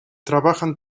trabajan